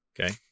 Okay